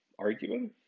arguing